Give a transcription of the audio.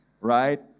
Right